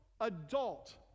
adult